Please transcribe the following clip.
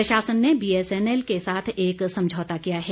प्रशासन ने बीएसएनएल के साथ एक समझौता किया है